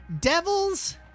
devils